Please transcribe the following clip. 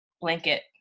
blanket